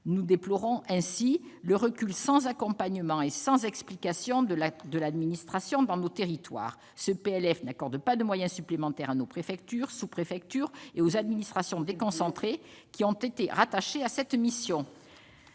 Nous déplorons ainsi le recul sans accompagnement et sans explication de l'administration dans nos territoires. Ce projet de loi de finances n'accorde de moyens supplémentaires ni à nos préfectures et sous-préfectures ni aux administrations déconcentrées qui ont été rattachées à cette mission.